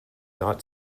not